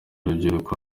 urubyiruko